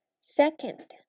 second